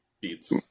beats